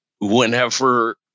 whenever